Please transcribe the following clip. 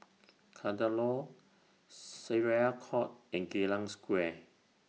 Kadaloor Syariah Court and Geylang Square